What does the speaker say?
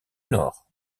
nord